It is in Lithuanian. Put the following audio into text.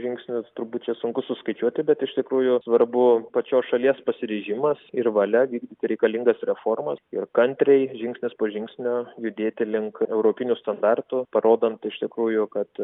žingsnius turbūt čia sunku suskaičiuoti bet iš tikrųjų svarbu pačios šalies pasiryžimas ir valia vykdyti reikalingas reformas ir kantriai žingsnis po žingsnio judėti link europinių standartų parodant iš tikrųjų kad